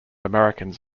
americans